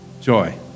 joy